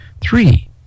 Three